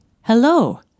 Hello